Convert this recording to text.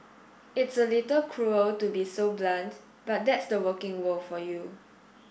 it's a little cruel to be so blunt but that's the working world for you